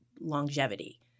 longevity